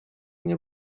nie